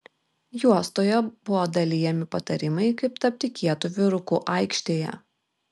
juostoje buvo dalijami patarimai kaip tapti kietu vyruku aikštėje